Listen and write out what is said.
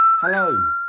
Hello